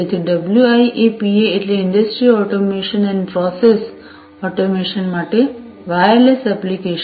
તેથી WIA PA એટલે industry automation અને પ્રોસેસ ઑટોમેશન માટે વાયરલેસ એપ્લિકેશન